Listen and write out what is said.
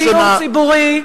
פתק שהם זכאים לדיור ציבורי,